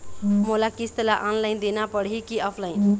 मोला किस्त ला ऑनलाइन देना पड़ही की ऑफलाइन?